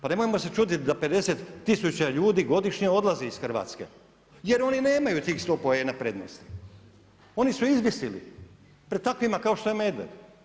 Pa nemojmo se čuditi da 50 tisuća ljudi godišnje odlazi iz Hrvatske jer oni nemaju tih sto poena prednosti, oni su izvisili pred takvima kao što je Medved.